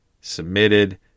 submitted